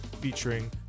Featuring